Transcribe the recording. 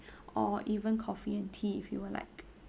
or even coffee and tea if you'd like